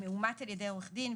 המאומת על ידי עורך דין,